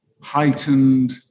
heightened